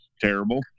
terrible